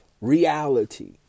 reality